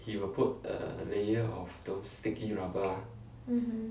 mmhmm